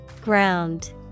Ground